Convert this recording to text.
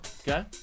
okay